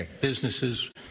businesses